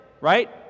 right